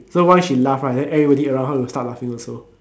so once she laugh right then everybody around her will start laughing also